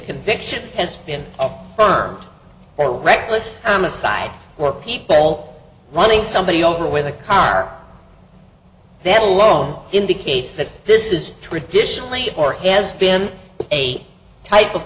conviction has been firm or reckless homicide or people running somebody over with a car that alone indicates that this is traditionally or has been a type of